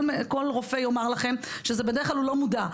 כל רופא יאמר לכם שבדרך כלל הוא לא מודע.